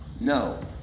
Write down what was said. No